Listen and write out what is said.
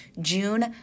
June